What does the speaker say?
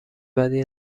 بدی